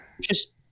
just-